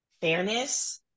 fairness